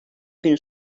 günü